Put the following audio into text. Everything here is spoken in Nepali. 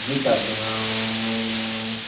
जुत्ताहरूसँग